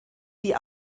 die